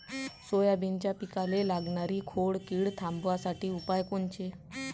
सोयाबीनच्या पिकाले लागनारी खोड किड थांबवासाठी उपाय कोनचे?